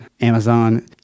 Amazon